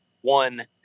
one